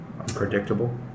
unpredictable